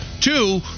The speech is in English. Two